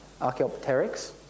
Archaeopteryx